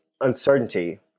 uncertainty